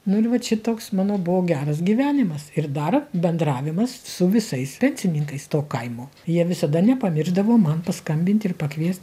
nu ir vat šitoks mano buvo geras gyvenimas ir dar bendravimas su visais pensininkais to kaimo jie visada nepamiršdavo man paskambint ir pakviest